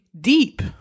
deep